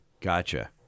gotcha